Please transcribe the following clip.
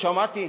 שמעתי,